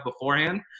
beforehand